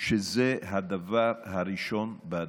שזה הדבר הראשון בעדיפות.